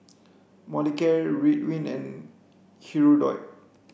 Molicare Ridwind and Hirudoid